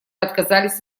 отказались